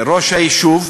ראש היישוב,